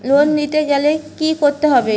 Loan নিতে গেলে কি করতে হবে?